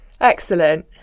Excellent